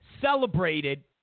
celebrated